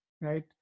right